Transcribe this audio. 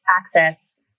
access